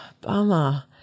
bummer